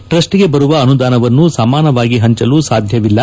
ಟ್ರಸ್ನಿಗೆ ಬರುವ ಅನುದಾನವನ್ನು ಸಮಾನವಾಗಿ ಪಂಚಲು ಸಾಧ್ಯವಿಲ್ಲ